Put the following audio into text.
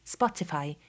Spotify